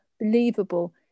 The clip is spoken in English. believable